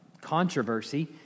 controversy